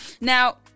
Now